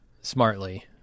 smartly